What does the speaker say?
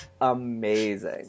amazing